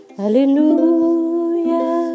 hallelujah